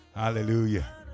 Hallelujah